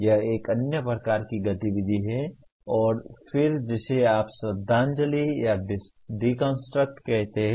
यह एक अन्य प्रकार की गतिविधि है और फिर जिसे आप श्रद्धांजलि या डिकंस्ट्रक्ट कहते हैं